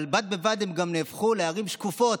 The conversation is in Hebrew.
אבל בד בבד הן גם נהפכו לערים שקופות.